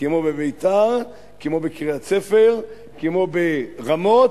כמו בביתר, כמו בקריית-ספר, כמו ברמות,